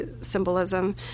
symbolism